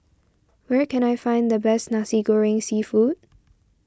where can I find the best Nasi Goreng Seafood